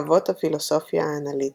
אבות הפילוסופיה האנליטית,